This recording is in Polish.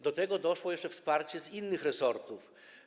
Do tego doszło jeszcze wsparcie z innych resortów.